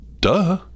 Duh